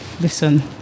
listen